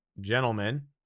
gentlemen